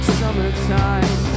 summertime